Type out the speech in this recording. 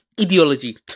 ideology